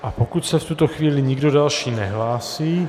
A pokud se v tuto chvíli nikdo další nehlásí...